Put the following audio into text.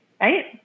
right